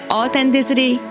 authenticity